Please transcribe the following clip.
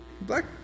Black